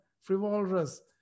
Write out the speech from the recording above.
frivolous